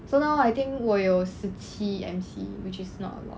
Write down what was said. so now I think 我有十七 mc which is not a lot